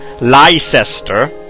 Leicester